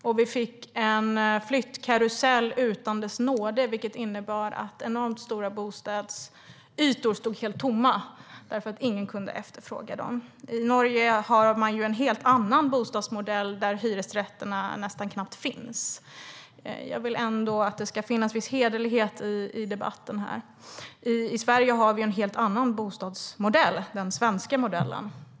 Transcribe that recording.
Man fick en flyttkarusell utan dess like, vilket innebar att enormt stora bostadsytor stod helt tomma därför att ingen kunde efterfråga dem. I Norge har man en helt annan bostadsmodell där hyresrätter knappt finns. Jag vill att det ändå ska finnas en viss hederlighet i debatten här. I Sverige har vi en helt annan bostadsmodell: den svenska modellen.